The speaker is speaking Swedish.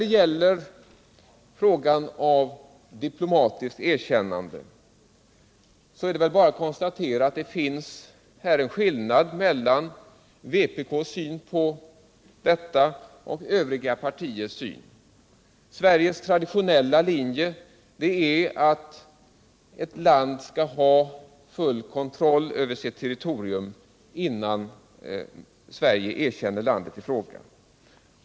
Beträffande frågan om diplomatiskt erkännande är det väl bara att konstatera att här föreligger en skillnad mellan vpk:s och övriga partiers synsätt. Sveriges traditionella linje är att ett land skall ha full kontroll över sitt territorium, innan Sverige erkänner landet i fråga.